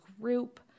group